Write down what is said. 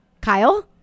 Kyle